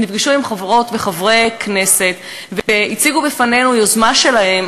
ונפגשו עם חברות וחברי כנסת והציגו בפנינו יוזמה שלהם,